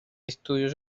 estudios